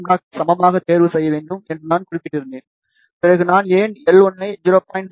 48 λ க்கு சமமாக தேர்வு செய்ய வேண்டும் என்று நான் குறிப்பிட்டிருந்தேன் பிறகு நான் ஏன் L1 ஐ 0